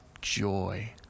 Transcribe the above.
Joy